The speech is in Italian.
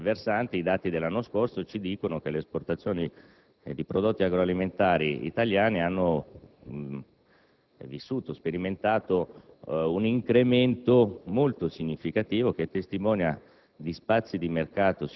Su questo versante i dati dell'anno scorso attestano che le esportazioni di prodotti agroalimentari italiani hanno sperimentando un incremento molto significativo, che testimonia